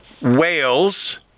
Wales